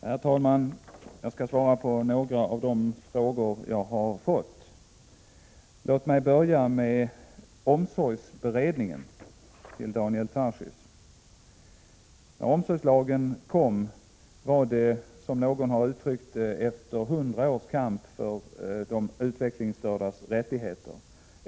Herr talman! Jag skall svara på några av de frågor jag har fått. Låt mig börja med omsorgsberedningen, Daniel Tarschys. När omsorgslagen kom var det — som någon har uttryckt det — efter hundra års kamp för de utvecklingsstördas rättigheter.